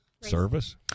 service